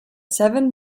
seven